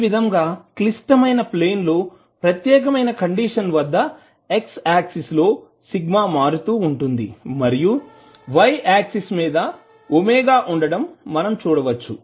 ఈ విధంగా క్లిస్టమైన ప్లేన్ లో ప్రత్యేకమైన కండిషన్ వద్ద x ఆక్సిస్ లో σ మారుతూవుంటుంది మరియు y ఆక్సిస్ మీద ω ఉండటం మనం చూడవచ్చు